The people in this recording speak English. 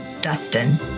Dustin